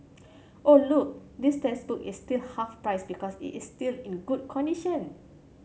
oh look this textbook is still half price because it is still in good condition